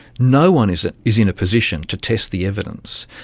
no one is ah is in a position to test the evidence.